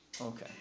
Okay